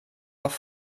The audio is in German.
auch